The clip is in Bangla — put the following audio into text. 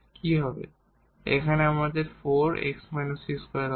এখানে আমাদের 4 2 হবে